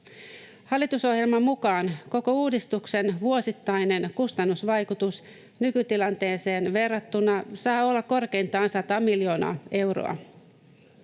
Hallitusohjelman mukaan koko uudistuksen vuosittainen kustannusvaikutus nykytilanteeseen verrattuna saa olla korkeintaan 100 miljoonaa euroa.